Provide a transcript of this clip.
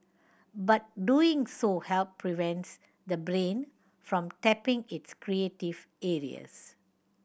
but doing so have prevents the brain from tapping its creative areas